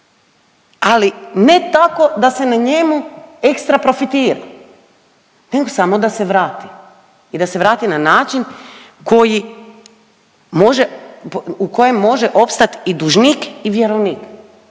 ali ne tako da se na njemu ekstra profitira nego samo da se vrati i da se vrati na način u kojem može opstat i dužnik i vjerovnik